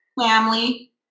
family